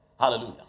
Hallelujah